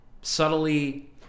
subtly